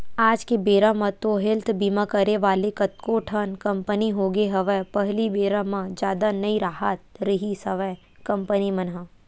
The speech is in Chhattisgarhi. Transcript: आज के बेरा म तो हेल्थ बीमा करे वाले कतको ठन कंपनी होगे हवय पहिली बेरा म जादा नई राहत रिहिस हवय कंपनी मन ह